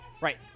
right